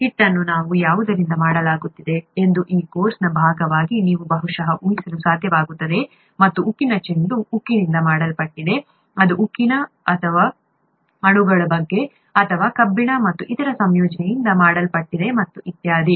ಹಿಟ್ಟನ್ನು ನಾವು ಯಾವುದ್ದರಿಂದ ಮಾಡಲಾಗಿದೆ ಎಂದು ಈ ಕೋರ್ಸ್ನ ಭಾಗವಾಗಿ ನೀವು ಬಹುಶಃ ಊಹಿಸಲು ಸಾಧ್ಯವಾಗುತ್ತದೆ ಮತ್ತು ಉಕ್ಕಿನ ಚೆಂಡು ಉಕ್ಕಿನಿಂದ ಮಾಡಲ್ಪಟ್ಟಿದೆ ಇದು ಉಕ್ಕಿನ ಅಣುಗಳು ಅಥವಾ ಕಬ್ಬಿಣ ಮತ್ತು ಇತರ ಸಂಯೋಜನೆಯಿಂದ ಮಾಡಲ್ಪಟ್ಟಿದೆ ಮತ್ತು ಇತ್ಯಾದಿ